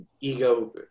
Ego